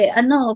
ano